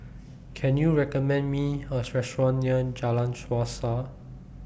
Can YOU recommend Me A Restaurant near Jalan Suasa